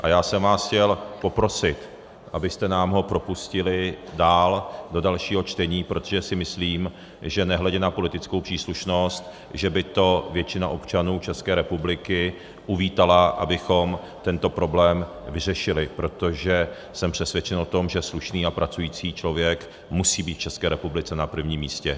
A já jsem vás chtěl poprosit, abyste nám ho propustili dál, do dalšího čtení, protože si myslím, že nehledě na politickou příslušnost by to většina občanů České republiky uvítala, abychom tento problém vyřešili, protože jsem přesvědčen o tom, že slušný a pracující člověk musí být v České republice na prvním místě.